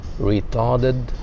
retarded